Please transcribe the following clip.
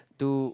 do